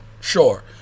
Sure